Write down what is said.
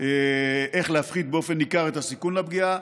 איך להפחית באופן ניכר את הסיכון לפגיעה.